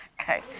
Okay